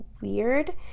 weird